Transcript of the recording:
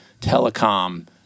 telecom